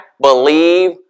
believe